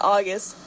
August